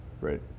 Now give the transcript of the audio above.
right